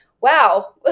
wow